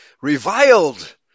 reviled